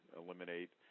eliminate